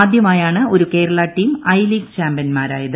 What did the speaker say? ആദ്യമായാണ് ഒരു Kerala team I League ചാമ്പ്യൻമാരായത്